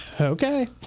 Okay